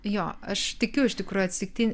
jo aš tikiu iš tikrųjų atsitiktine